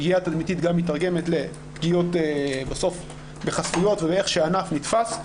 פגיעה תדמיתית מיתרגמת בסוף גם לפגיעות בחסויות ובאיך שהענף נתפס.